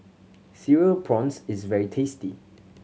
Cereal Prawns is very tasty